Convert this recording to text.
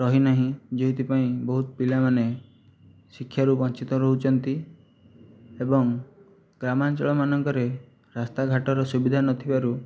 ରହିନାହିଁ ଯେଉଁଥିପାଇଁ ବହୁତ ପିଲାମାନେ ଶିକ୍ଷାରୁ ବଞ୍ଚିତ ରହୁଛନ୍ତି ଏବଂ ଗ୍ରାମାଞ୍ଚଳମାନଙ୍କରେ ରାସ୍ତାଘାଟର ସୁବିଧା ନଥିବାରୁ